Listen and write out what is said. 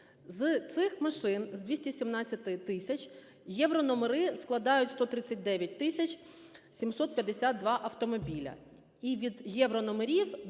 З цих машин, з 217 тисяч, єврономери складають 139 тисяч 752 автомобіля, і від єврономерів